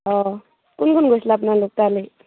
অঁ কোন কোন গৈছিলে আপোনালোক তালৈ